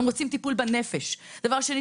הם רוצים טיפול בנפש; דבר שני,